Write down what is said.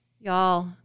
Y'all